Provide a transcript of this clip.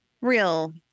real